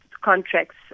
contracts